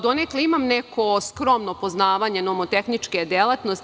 Donekle imam neko skromno poznavanje nomotehničke delatnosti.